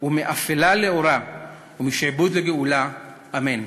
ומאפלה לאורה ומשעבוד לגאולה", אמן.